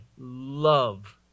love